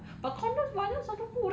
condoms okay lah